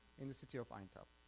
in the city of aintab,